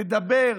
לדבר,